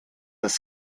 des